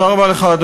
תודה רבה לך.